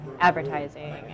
advertising